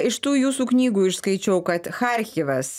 iš tų jūsų knygų išskaičiau kad charkivas